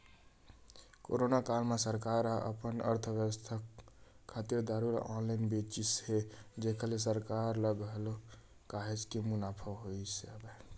corona काल म सरकार ह अपन अर्थबेवस्था खातिर दारू ल ऑनलाइन बेचिस हे जेखर ले सरकार ल घलो काहेच के मुनाफा होय हवय